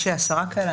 יש עשרה כאלה,